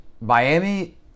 Miami